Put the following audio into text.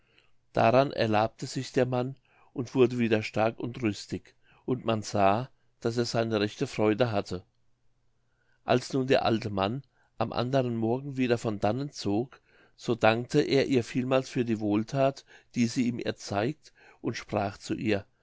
daran erlabte sich der mann und wurde wieder stark und rüstig und man sah daß er seine rechte freude hatte als nun der alte mann am anderen morgen wieder von dannen zog so dankte er ihr vielmals für die wohlthat die sie ihm erzeigt und sprach zu ihr